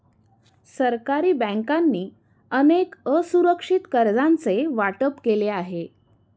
सरकारी बँकांनी अनेक असुरक्षित कर्जांचे वाटप केले आहे